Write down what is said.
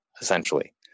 essentially